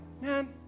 man